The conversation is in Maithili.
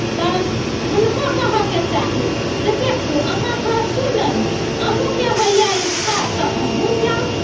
तऽ हुनको कहयके चाही जे देखू अहाँ हँसू नहि अहूँकेँ होइए इच्छा तऽ अहूँ जाउ